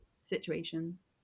situations